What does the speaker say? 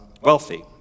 wealthy